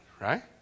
right